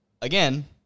again